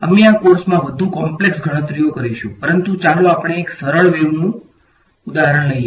અમે આ કોર્સમાં વધુ કોમ્પ્લેક્ષ ગણતરીઓ કરીશું પરંતુ ચાલો આપણે એક સરળ વેવનું ઉદાહરણ લઈએ